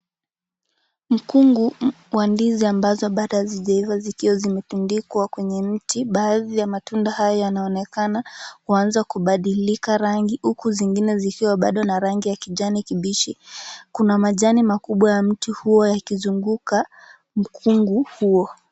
Mkungu wa ndizi ambazo bado hazijaiva zikiwa zimetundikwa kwenye mti, baadhi ya matunda haya yanaonekana kuanza kubadilika rangi huku zingine zikiwa bado na rangi ya kijani kibichi. Kuna majani makubwa ya mti huo yakizunguka mkungu huo.